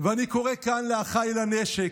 ואני קורא כאן לאחיי לנשק,